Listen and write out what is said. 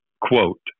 quote